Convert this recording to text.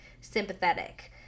sympathetic